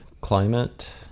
climate